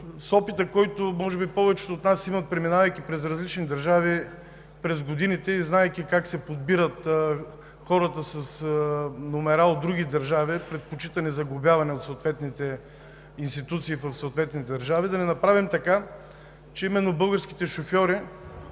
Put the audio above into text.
с опита, който може би повечето от нас имат, преминавайки през различни страни в годините и знаейки как се подбират водачите с номера от други държави, предпочитани за глобяване от съответните институции в съответните страни, да не направим така, че именно българските шофьори,